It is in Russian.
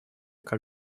как